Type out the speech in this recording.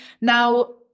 now